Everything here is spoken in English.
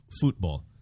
football